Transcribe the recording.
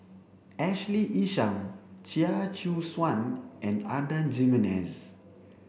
Ashley Isham Chia Choo Suan and Adan Jimenez